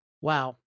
Wow